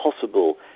possible